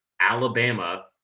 Alabama